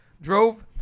drove